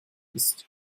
ist